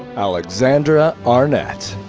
alexandra arnette.